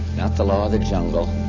not the law of the jungle,